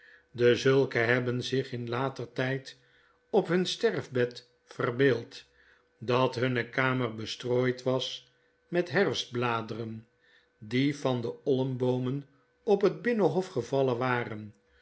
dezulken hebben zich in later tyd op hun sterfbed verbeeld dat hunne kamer bestrooid was met herfstbladeren die van de olmboomen op het binnenhof gevallen waren